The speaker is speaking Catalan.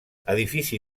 edifici